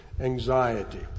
anxiety